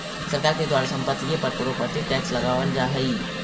सरकार के द्वारा संपत्तिय पर प्रॉपर्टी टैक्स लगावल जा हई